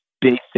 basic